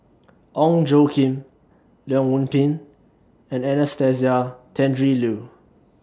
Ong Tjoe Kim Leong Yoon Pin and Anastasia Tjendri Liew